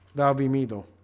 there'll be meat oh